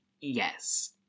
yes